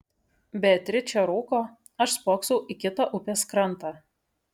beatričė rūko aš spoksau į kitą upės krantą